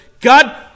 God